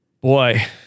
boy